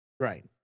Right